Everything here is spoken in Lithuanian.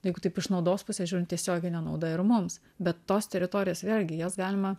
jeigu taip iš naudos pusės žiūrint tiesioginė nauda ir mums bet tos teritorijos vėlgi jas galima